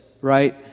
right